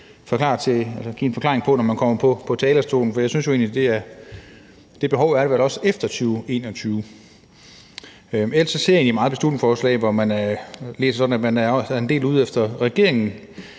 give en forklaring på, når man kommer på talerstolen. For jeg synes jo egentlig, at behovet også er der efter 2021. Ellers læser jeg egentlig meget beslutningsforslaget sådan, at man er en del ude med riven efter regeringen.